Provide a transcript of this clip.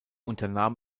unternahm